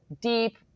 deep